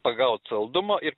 pagaut saldumo ir